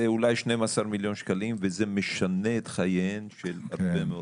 זה אולי 12 מיליון שקלים וזה משנה את חייהן של הרבה מאוד.